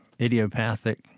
idiopathic